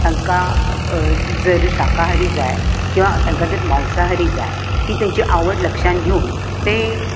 तांकां जर शाकाहारी जाय किंवा तांकां जर मंसाहारी जाय ती तेची आवड लक्षांत घेवून तें